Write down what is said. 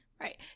Right